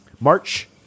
March